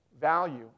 value